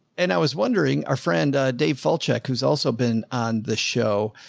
and i was wondering our friend, dave falchuk, who's also been on the show.